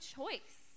choice